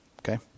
Okay